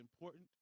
important